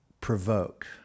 provoke